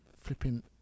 flipping